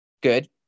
good